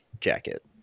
jacket